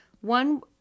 One